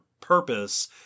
purpose